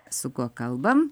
su kuo kalbam